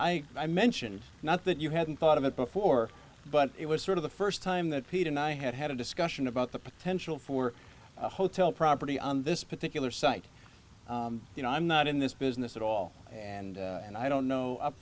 i mentioned not that you hadn't thought of it before but it was sort of the first time that pete and i had had a discussion about the potential for a hotel property on this particular site you know i'm not in this business at all and and i don't know up